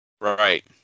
Right